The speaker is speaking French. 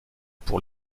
pour